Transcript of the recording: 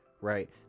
Right